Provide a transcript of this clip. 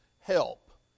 help